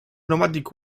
nomadic